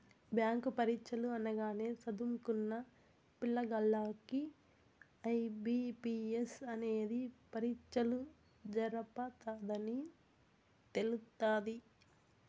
bank పరీచ్చలు అనగానే సదుంకున్న పిల్లగాల్లకి ఐ.బి.పి.ఎస్ అనేది పరీచ్చలు జరపతదని తెలస్తాది